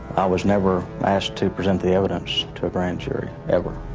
i was never asked to present the evidence to a grand jury, ever.